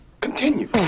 Continue